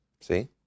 See